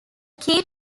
key